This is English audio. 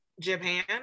Japan